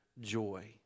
joy